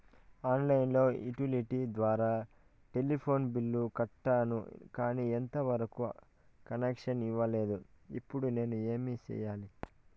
On line utility ద్వారా telephone bill కట్టాను, కానీ ఎంత వరకు కనెక్షన్ ఇవ్వలేదు, ఇప్పుడు నేను ఏమి సెయ్యాలి?